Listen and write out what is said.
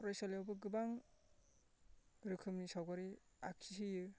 फरायसालियावबो गोबां रोखोमनि सावगारि आखियोमोन